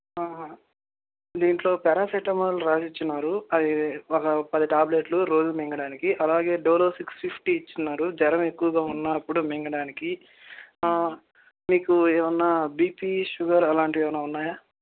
దీనిలో ప్యారాసిటమాల్ రాసిచ్చారు అది ఒక పది టాబ్లెట్లు రోజు మింగడానికి అలాగే డోలో సిక్స్ ఫిఫ్టీ ఇచ్చున్నారు జ్వరం ఎక్కువగా ఉన్నప్పుడు మింగడానికి మీకు ఏమైనా బీపీ షుగర్ అలాంటివేమైనా ఉన్నాయా